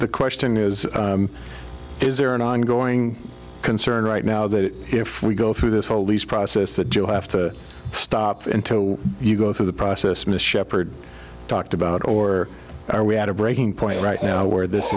the question is is there an ongoing concern right now that if we go through this all these process that you'll have to stop until you go through the process miss shepherd talked about or are we at a breaking point right now where this